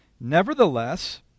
Nevertheless